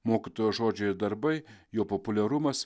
mokytojo žodžiai ir darbai jo populiarumas